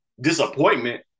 disappointment